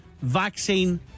Vaccine